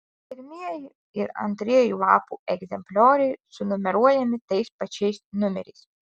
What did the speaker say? pirmieji ir antrieji lapų egzemplioriai sunumeruojami tais pačiais numeriais